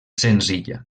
senzilla